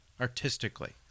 artistically